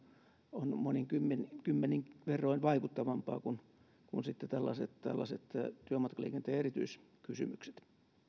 on monin kymmenin kymmenin verroin vaikuttavampaa kuin sitten tällaiset tällaiset työmatkaliikenteen erityiskysymykset